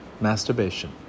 masturbation